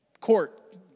court